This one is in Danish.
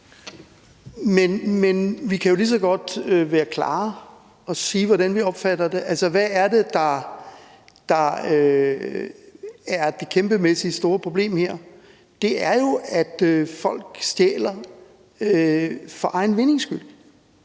Men vi kan jo lige så godt være klare og sige, hvordan vi opfatter det. Altså, hvad er det, der er det kæmpemæssige store problem her? Det er jo, at folk stjæler for egen vindings skyld.